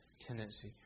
tendency